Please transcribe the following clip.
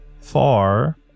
far